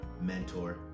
mentor